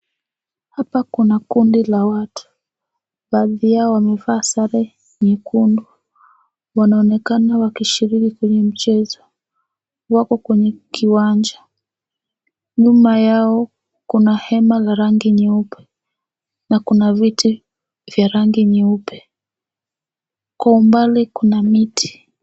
Hapa kuna kundi la watu. Baadhi yao wamevaa sare nyekundu. Wanaonekana wakishiriki kwenye mchezo. Wako kwenye kiwanja. Nyuma yao kuna hema la rangi nyeupe na kuna viti vya rangi nyeupe. Kwa umbali kuna miti.